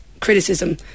criticism